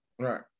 Right